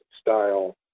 style